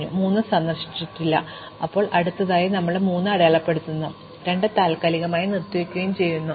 അതിനാൽ ഞങ്ങൾ ഇപ്പോൾ സന്ദർശിച്ചതായി 3 എന്ന് അടയാളപ്പെടുത്തുകയും 2 താൽക്കാലികമായി നിർത്തിവയ്ക്കുകയും ചെയ്യും